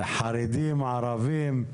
חרדים, ערבים,